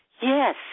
Yes